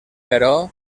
però